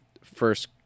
first